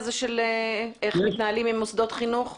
איך מתנהלים עם מוסדות חינוך?